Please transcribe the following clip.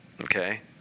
okay